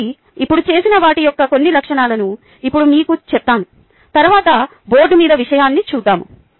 కాబట్టి ఇప్పుడు చేసిన వాటి యొక్క కొన్ని లక్షణాలను ఇప్పుడు మీకు చెప్తాను తరువాత బోర్డు మీద విషయాన్ని చూదాము